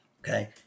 okay